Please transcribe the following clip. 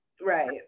Right